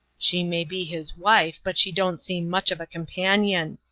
she may be his wife, but she don't seem much of a companion.